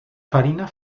farina